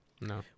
No